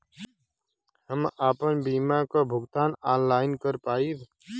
हम आपन बीमा क भुगतान ऑनलाइन कर पाईब?